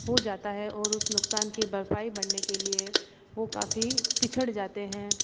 हो जाता है और उस नुकसान की भरपाई भरने के लिए वो काफ़ी पिछड़ जाते हैं